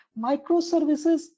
microservices